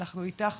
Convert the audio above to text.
אנחנו איתך.